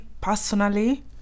personally